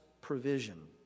provision